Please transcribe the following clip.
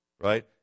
Right